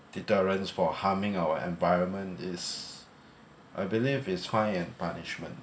deterrence for harming our environment is I believe it's high in punishment